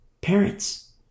Parents